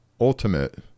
ultimate